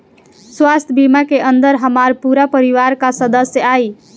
स्वास्थ्य बीमा के अंदर हमार पूरा परिवार का सदस्य आई?